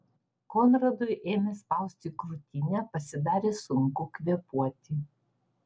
konradui ėmė spausti krūtinę pasidarė sunku kvėpuoti